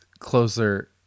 closer